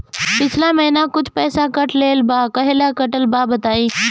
पिछला महीना कुछ पइसा कट गेल बा कहेला कटल बा बताईं?